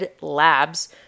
Labs